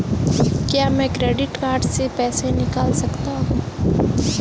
क्या मैं credit card से पैसे निकाल सकता हूँ?